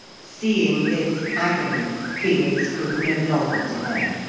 seeing this agony, felix could no longer delay.